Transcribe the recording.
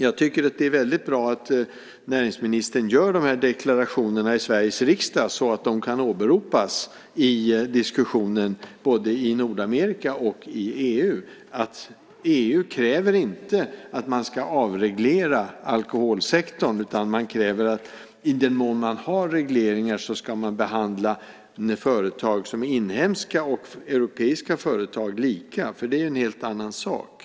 Jag tycker att det är bra att näringsministern gör de här deklarationerna i Sveriges riksdag så att de kan åberopas i diskussionen både i Nordamerika och i EU. EU kräver inte att man ska avreglera alkoholsektorn. EU kräver att i den mån man har regleringar ska man behandla företag som är inhemska och europeiska företag lika. Det är ju en helt annan sak.